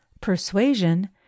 persuasion